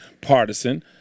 partisan